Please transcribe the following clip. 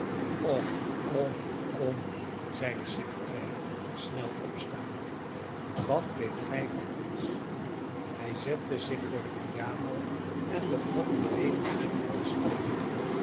och kom kom zeide st clare snel opstaande wat weet gij van ons hij zette zich voor de piano en begon een levendig stuk te spelen